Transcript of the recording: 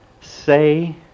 say